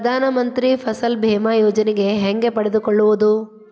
ಪ್ರಧಾನ ಮಂತ್ರಿ ಫಸಲ್ ಭೇಮಾ ಯೋಜನೆ ಹೆಂಗೆ ಪಡೆದುಕೊಳ್ಳುವುದು?